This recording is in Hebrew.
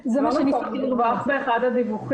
זה יהיה דרך אפליקציה ובין אם זה יהיה דרך כלי של השב"כ.